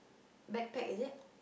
backpack is it